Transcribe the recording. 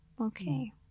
Okay